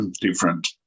different